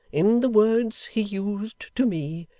in the words he used to me,